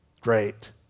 Great